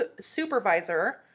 supervisor